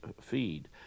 feed